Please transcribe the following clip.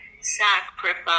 sacrifice